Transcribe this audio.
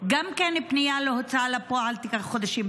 גם פנייה להוצאה לפועל תיקח חודשים.